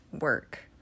work